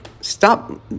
stop